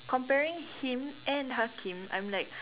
comparing him and Hakim I'm like